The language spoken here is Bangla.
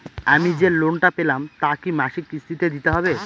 আমি যে লোন টা পেলাম তা কি মাসিক কিস্তি তে দিতে হবে?